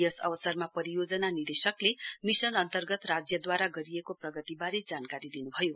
यस अवसरमा परियोजना निदेशकले मिशन अन्तर्गत राज्यदूवारा गरिएको प्रगतिवारे जानकारी दिनुभयो